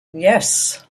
yes